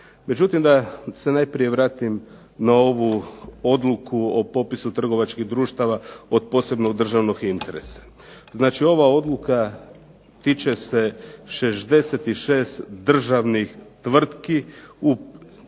Međutim, da se najprije vratim na ovu odluku o popisu trgovačkih društava od posebnog državnog interesa. Znači, ova odluka tiče se 66 državnih tvrtki u